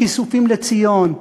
הכיסופים לציון,